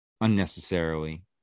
unnecessarily